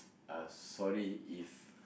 uh sorry if